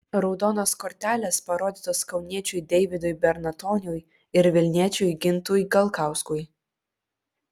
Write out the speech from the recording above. raudonos kortelės parodytos kauniečiui deividui bernatoniui ir vilniečiui gintui galkauskui